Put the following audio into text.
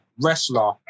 wrestler